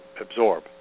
absorb